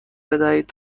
بدهید